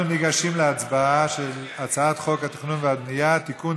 אנחנו ניגשים להצבעה על הצעת חוק התכנון והבנייה (תיקון,